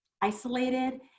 isolated